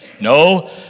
No